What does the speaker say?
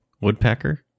Woodpecker